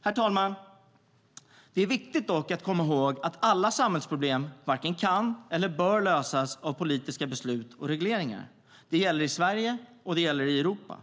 Herr talman! Det är dock viktigt att komma ihåg att inte alla samhällsproblem kan eller bör lösas av politiska beslut och regleringar. Det gäller i Sverige, och det gäller i Europa.